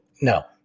No